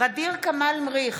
ע'דיר כמאל מריח,